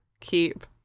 keep